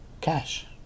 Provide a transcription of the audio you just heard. Cash